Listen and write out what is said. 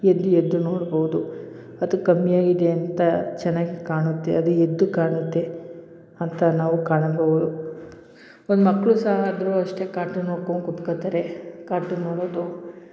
ಎದ್ದು ಎದ್ದು ನೋಡ್ಬೌದು ಅದು ಕಮ್ಮಿ ಆಗಿದೆ ಅಂತ ಚೆನ್ನಾಗಿ ಕಾಣುತ್ತೆ ಅದು ಎದ್ದು ಕಾಣುತ್ತೆ ಅಂತ ನಾವು ಕಾಣಬೌದು ಒಂದು ಮಕ್ಕಳು ಸಹ ಆದರೂ ಅಷ್ಟೇ ಕಾರ್ಟೂನ್ ನೋಡ್ಕೊಂಡು ಕುತ್ಕೊತಾರೆ ಕಾರ್ಟೂನ್ ನೋಡೋದು